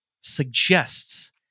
suggests